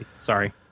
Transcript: Sorry